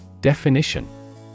definition